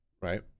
right